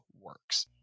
works